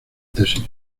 tesis